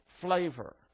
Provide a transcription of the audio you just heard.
flavor